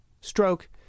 stroke